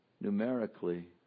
numerically